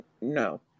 No